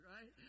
right